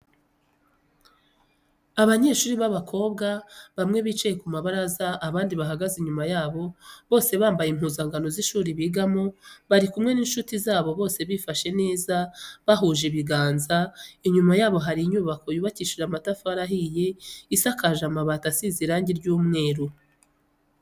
Abanyeshuri b'abakobwa bamwe bicaye ku mabaraza abandi bahagaze inyuma yabo bose bambaye impuzankano z'ishuri bigamo bari kumwe n'inshuti zabo bose bifashe neza bahuje ibiganza ,inyuma yabo hari inyubako yubakishije amatafari ahiye isakaje amabati izize irangi ry'umweru.